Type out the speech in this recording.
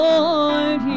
Lord